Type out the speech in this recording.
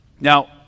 Now